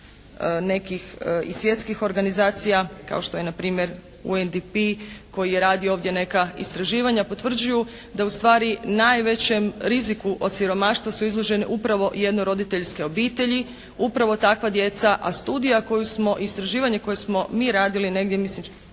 nekih i svjetskih organizacija kao što je na primjer UNDP koji je radio ovdje neka istraživanja potvrđuju da ustvari najvećem riziku od siromaštva su izložene upravo jednoroditeljske obitelji, upravo takva djeca. A studija koju smo, istraživanje koje smo mi radili negdje mislim